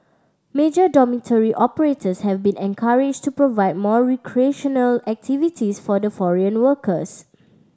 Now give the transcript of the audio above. major dormitory operators have been encouraged to provide more recreational activities for the foreign workers